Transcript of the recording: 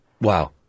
Wow